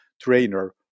trainer